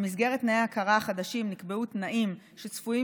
במסגרת תנאי ההכרה החדשים נקבעו תנאים שצפויים